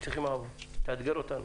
ותאתגר אותנו.